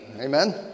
Amen